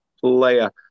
player